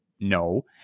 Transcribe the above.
no